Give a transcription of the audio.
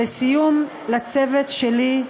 לסיום, לצוות שלי,